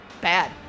Bad